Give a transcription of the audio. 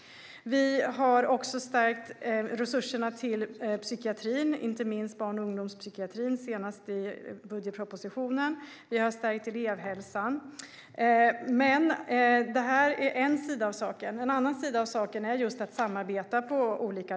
Vi stärkte också i den senaste budgetpropositionen resurserna till psykiatrin, inte minst barn och ungdomspsykiatrin. Vi har även stärkt elevhälsan. Detta är en sida av saken. En annan sida av saken är olika slags samarbete.